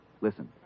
listen